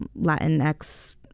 Latinx